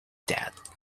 that